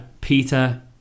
Peter